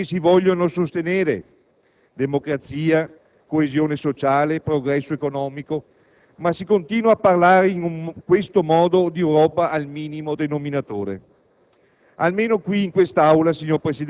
Sono ineccepibili gli elementi che si vogliono sostenere: democrazia, coesione sociale, progresso economico. Si continua però a parlare in questo modo di un'Europa al minimo denominatore.